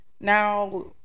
Now